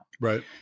Right